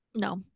No